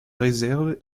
réserve